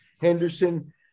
Henderson